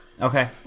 Okay